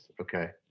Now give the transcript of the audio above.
Okay